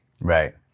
Right